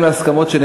על בסיס ההסכמות.